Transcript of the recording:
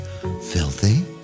filthy